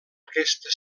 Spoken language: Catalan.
aquesta